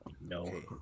No